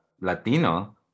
Latino